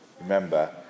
Remember